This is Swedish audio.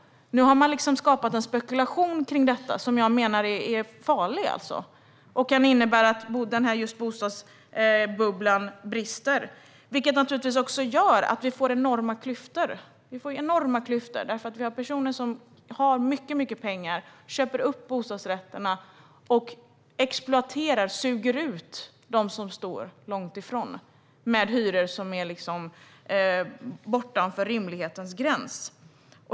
Nu har det skapats en farlig spekulation kring bostäderna. Det kan innebära att bostadsbubblan brister. Det innebär att det blir enorma klyftor. Personer med mycket pengar köper upp bostadsrätterna och exploaterar, suger ut, de som står långt ifrån bostadsmarknaden med hyror som är bortanför rimlighetens gräns.